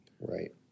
Right